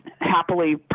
happily